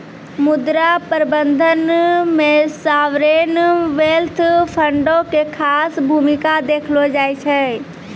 मुद्रा प्रबंधन मे सावरेन वेल्थ फंडो के खास भूमिका देखलो जाय छै